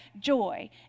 joy